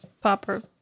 popper